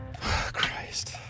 Christ